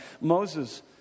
Moses